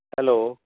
hello